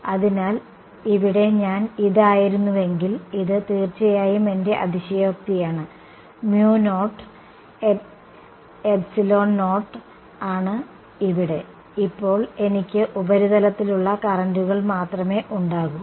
അതിനാൽ ഇവിടെ ഞാൻ ഇതായിരുന്നുവെങ്കിൽ ഇത് തീർച്ചയായും എന്റെ അതിശയോക്തിയാണ് mu നോട്ട് എപ്സിലോൺ നോട്ട് ആണ് ഇവിടെ ഇപ്പോൾ എനിക്ക് ഉപരിതലത്തിലുള്ള കറന്റുകൾ മാത്രമേ ഉണ്ടാകൂ